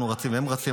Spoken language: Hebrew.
אנו רצים והם רצים,